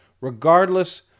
regardless